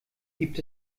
gibt